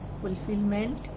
fulfillment